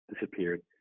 disappeared